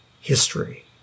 history